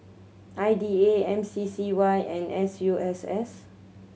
I D A M C C Y and S U S S